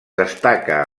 destaca